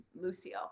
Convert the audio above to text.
Lucille